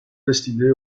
destinés